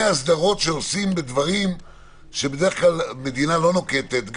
הסדרות שעושים בדברים שבדרך כלל המדינה לא נוקטת.